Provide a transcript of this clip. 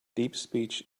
deepspeech